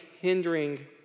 hindering